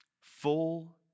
full